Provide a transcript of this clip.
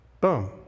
Boom